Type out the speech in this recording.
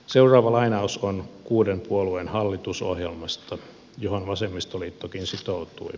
seuraava lainaus on kuuden puolueen hallitusohjelmasta johon vasemmistoliittokin sitoutui